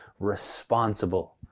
responsible